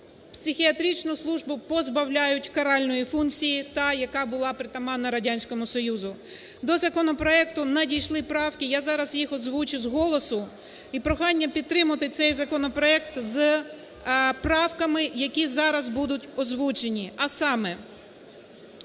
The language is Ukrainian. Психіатричну службу позбавляють каральної функції, та, яка була притаманна Радянському Союзу. До законопроекту надійшли правки, я зараз їх озвучу з голосу. І прохання підтримати цей законопроект з правками, які зараз будуть озвучені. А саме: